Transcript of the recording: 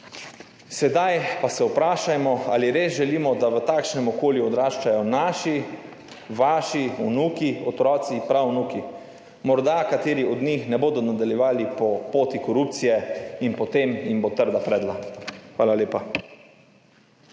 Sedaj pa se vprašajmo, ali res želimo, da v takšnem okolju odraščajo naši, vaši vnuki, otroci, prav vnuki. Morda kateri od njih ne bodo nadaljevali po poti korupcije in potem jim bo trda predla. Hvala lepa.